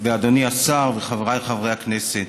אדוני השר וחבריי חברי הכנסת,